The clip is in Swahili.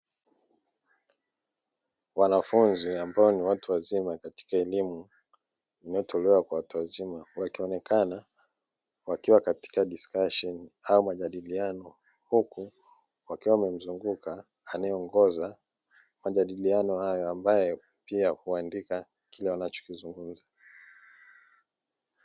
Wanafunzi ambao ni watu wazima katika elimu inayotolewa kwa watu wazima wakionekana wakiwa katika "discussion" au majadiliano huku wakiwa wamemzunguka anayeongoza majadiliano hayo ambayo pia huandika kila wanachokizungumza.